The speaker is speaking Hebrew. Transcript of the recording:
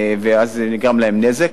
ואז נגרם להם נזק,